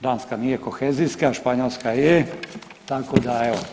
Danska nije kohezijska, Španjolska je, tako da evo.